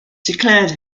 declared